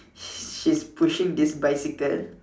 she's pushing this bicycle